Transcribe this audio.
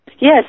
Yes